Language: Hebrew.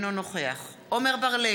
אינו נוכח עמר בר-לב,